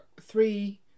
three